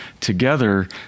together